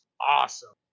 awesome